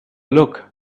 look